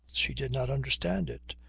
she did not understand it.